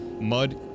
Mud